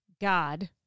God